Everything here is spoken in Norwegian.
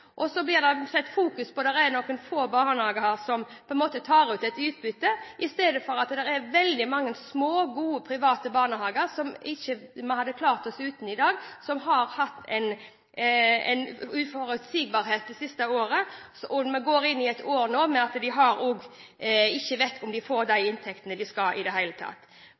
Det blir så fokusert på at det er noen få barnehager som tar ut utbytte, istedenfor å fokusere på at det er veldig mange små, gode, private barnehager som vi ikke hadde klart oss uten i dag, og som har hatt en uforutsigbarhet det siste året. Nå går de inn i et år da de i det hele tatt ikke vet om de får de inntektene de skal ha. Derfor har Fremskrittspartiet i sitt budsjett – og det stresser vi hele